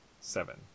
seven